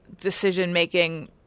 decision-making